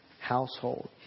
household